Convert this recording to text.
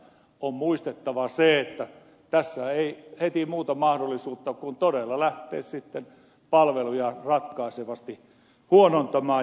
on muistettava se että tässä ei heti muuta mahdollisuutta ole kuin todella lähteä palveluja ratkaisevasti huonontamaan